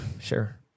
sure